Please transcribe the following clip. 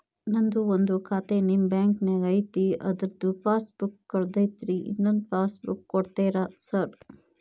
ನಂದು ಒಂದು ಖಾತೆ ನಿಮ್ಮ ಬ್ಯಾಂಕಿನಾಗ್ ಐತಿ ಅದ್ರದು ಪಾಸ್ ಬುಕ್ ಕಳೆದೈತ್ರಿ ಇನ್ನೊಂದ್ ಪಾಸ್ ಬುಕ್ ಕೂಡ್ತೇರಾ ಸರ್?